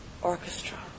orchestra